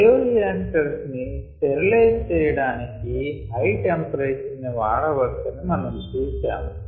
bioreactors ని sterilize చేయటానికి high temperature ని వాడచ్చని మనం చూశాము